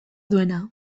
duena